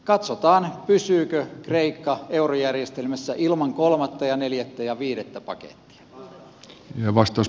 katsotaan pysyykö kreikka eurojärjestelmässä ilman kolmatta ja neljättä ja viidettä pakettia